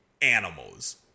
animals